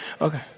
Okay